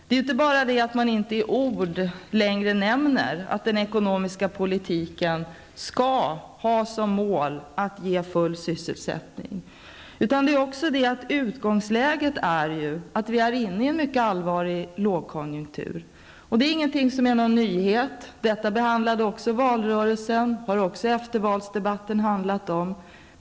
Det är inte bara det att man inte längre nämner att den ekonomiska politiken skall ha full sysselsättning som mål. Det är också det att utgångsläget är att vi är inne i en mycket allvarlig lågkonjunktur. Det är ingenting som är någon nyhet. Detta behandlades också i valrörelsen, och det har även eftervalsdebatten handlat om.